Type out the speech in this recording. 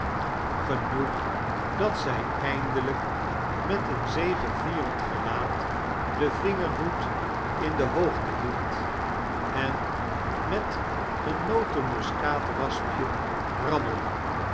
genoeg dat zij eindelijk met een zege yierend gelaat den vingerhoed in de hoogte hield en met luet noteumskaatraspje rammelde